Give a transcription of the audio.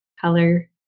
color